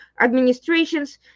administrations